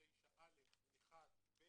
אם